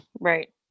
Right